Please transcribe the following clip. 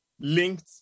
linked